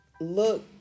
look